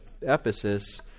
Ephesus